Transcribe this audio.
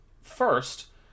First